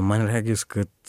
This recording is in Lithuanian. man regis kad